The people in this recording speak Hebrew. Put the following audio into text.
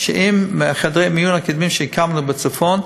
היא שעם חדרי המיון הקדמיים שהקמנו בצפון,